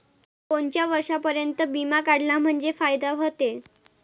कोनच्या वर्षापर्यंत बिमा काढला म्हंजे फायदा व्हते?